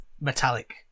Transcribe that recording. metallic